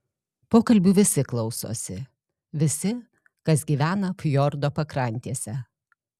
pokalbių visi klausosi visi kas gyvena fjordo pakrantėse